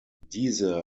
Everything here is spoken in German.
diese